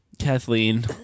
Kathleen